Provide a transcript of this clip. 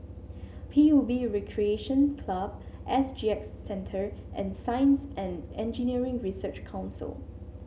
P U B Recreation Club S G X Centre and Science And Engineering Research Council